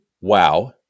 wow